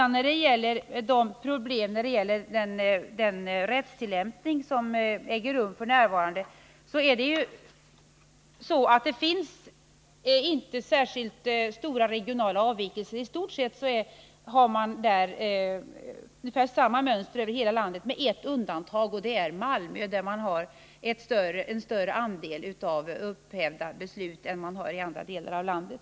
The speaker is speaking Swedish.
När det gäller den rättstillämpning som f. n. äger rum finns det faktiskt inte särskilt stora regionala avvikelser. I stort sett har man ungefär samma mönster över hela landet, med ett undantag. Det är Malmö, som har en större andel upphävda beslut än andra delar av landet.